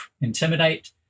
intimidate